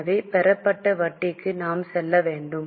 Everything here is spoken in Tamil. எனவே பெறப்பட்ட வட்டிக்கு நாம் செல்ல வேண்டும்